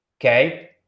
okay